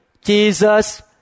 Jesus